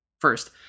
First